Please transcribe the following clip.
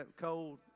Cold